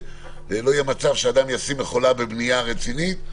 שלא יהיה מצב שאדם ישים מכולה בבנייה רצינית.